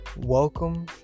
Welcome